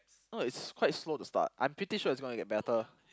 no it's quite slow to start I'm pretty sure it's gonna get better